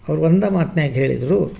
ಅವ್ರು ಒಂದೇ ಮಾತ್ನ್ಯಾಗ ಹೇಳಿದರು